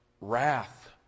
wrath